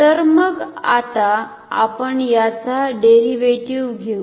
तर मग आता आपण याचा डेरिव्हेटिव्ह घेऊ